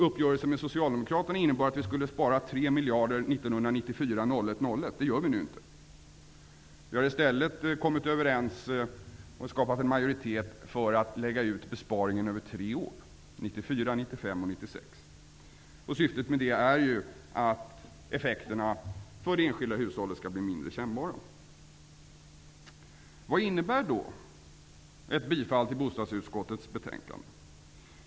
Uppgörelsen med Socialdemokraterna innebar att vi skulle spara 3 miljarder 1994. Det gör vi inte. Vi har i stället kommit överens om och skapat en majoritet för att lägga ut besparingen över tre år: 1994, 1995 och 1996. Syftet med är att se till att effekterna för de enskilda hushållen skall bli mindre kännbara. Vad innebär då ett bifall till utskottets hemställan?